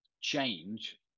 change